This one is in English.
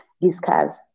discuss